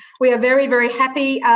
we are very, very happy.